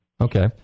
Okay